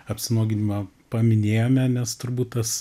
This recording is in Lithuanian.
apsinuoginimą paminėjome nes turbūt tas